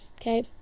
Okay